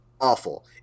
awful